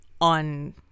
on